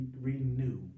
renew